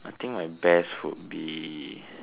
I think my best would be